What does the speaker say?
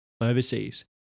overseas